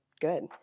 good